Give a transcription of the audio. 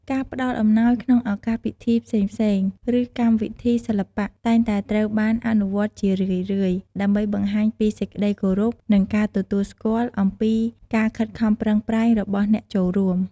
ការផ្តល់អំណោយក្នុងឱកាសពិធីផ្សេងៗ ឬកម្មវិធីសិល្បៈ តែងតែត្រូវបានអនុវត្តជារឿយៗ ដើម្បីបង្ហាញពីសេចក្ដីគោរព និងការទទួលស្គាល់អំពីការខិតខំប្រឹងប្រែងរបស់អ្នកចូលរួម។